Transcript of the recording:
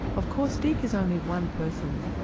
of course deek is only one person,